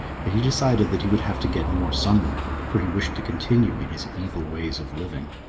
but he decided that he would have to get more somewhere, for he wished to continue in his evil ways of living.